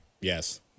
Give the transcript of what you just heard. Yes